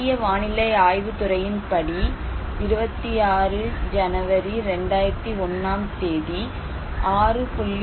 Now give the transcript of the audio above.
இந்திய வானிலை ஆய்வுத் துறையின்படி 26th January 2001 ஆம் தேதி 6